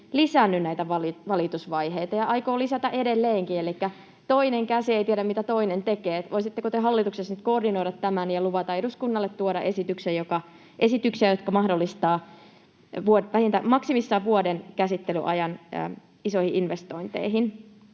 lisännyt näitä valitusvaiheita ja aikoo lisätä edelleenkin; elikkä toinen käsi ei tiedä, mitä toinen tekee. Voisitteko te hallituksessa nyt koordinoida tämän ja luvata eduskunnalle tuoda esityksiä, jotka mahdollistavat maksimissaan vuoden käsittelyajan isoihin investointeihin?